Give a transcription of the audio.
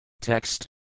Text